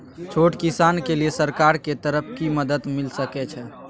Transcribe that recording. छोट किसान के लिए सरकार के तरफ कि मदद मिल सके छै?